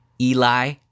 Eli